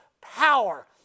power